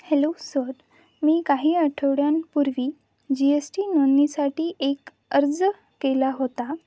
hello sir मी काही आठवड्यांपूर्वी जी एस टी नोंदणीसाठी एक अर्ज केला होता